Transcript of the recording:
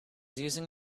using